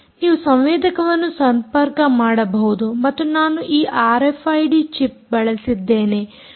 ನೀವು ಸಂವೇದಕವನ್ನು ಸಂಪರ್ಕ ಮಾಡಬಹುದು ಮತ್ತು ನಾನು ಈ ಆರ್ಎಫ್ಐಡಿ ಚಿಪ್ ಬಳಸಿದ್ದೇನೆ